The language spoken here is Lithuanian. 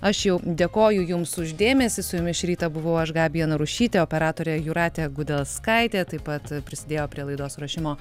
aš jau dėkoju jums už dėmesį su jumis šį rytą buvau aš gabija narušytė operatorė jūratė gudauskaitė taip pat prisidėjo prie laidos ruošimo